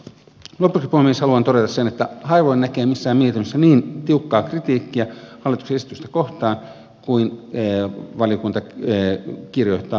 lopuksi puhemies haluan todeta sen että harvoin näkee missään mietinnössä niin tiukkaa kritiikkiä hallituksen esitystä kohtaan kuin valiokunta kirjoittaa lapsivähennyksen osalta